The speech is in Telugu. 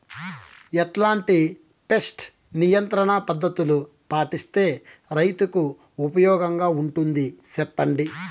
ఎట్లాంటి పెస్ట్ నియంత్రణ పద్ధతులు పాటిస్తే, రైతుకు ఉపయోగంగా ఉంటుంది సెప్పండి?